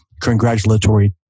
congratulatory